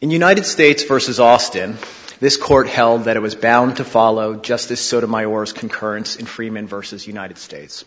and united states versus austin this court held that it was bound to follow just this sort of my words concurrence in freeman versus united states